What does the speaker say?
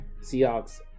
Seahawks